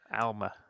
Alma